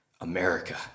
America